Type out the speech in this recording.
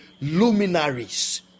luminaries